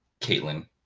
Caitlin